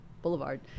Boulevard